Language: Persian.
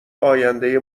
آینده